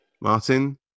Martin